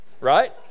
right